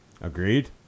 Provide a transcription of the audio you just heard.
Agreed